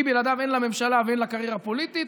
כי בלעדיו אין לה ממשלה ואין לה קריירה פוליטית,